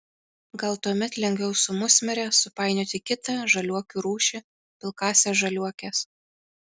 gal tuomet lengviau su musmire supainioti kitą žaliuokių rūšį pilkąsias žaliuokes